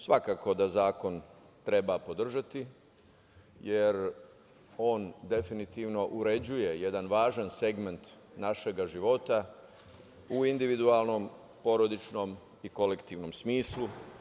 Svakako da zakon treba podržati, jer on definitivno uređuje jedan važan segment našega života u individualnom, porodičnom i kolektivnom smislu.